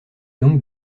donc